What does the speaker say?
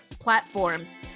platforms